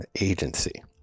agency